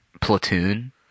Platoon